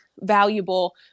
valuable